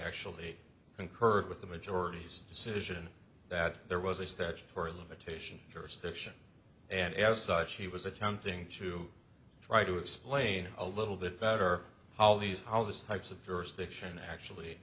actually concurred with the majority's decision that there was a statutory limitation jurisdiction and as such he was attempting to try to explain a little bit better how these how those types of jurisdiction actually